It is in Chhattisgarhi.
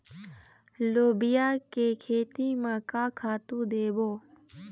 लोबिया के खेती म का खातू देबो?